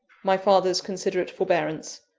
my father's considerate forbearance,